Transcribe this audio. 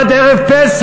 עד ערב פסח,